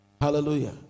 hallelujah